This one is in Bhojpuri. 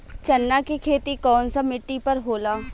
चन्ना के खेती कौन सा मिट्टी पर होला?